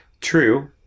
True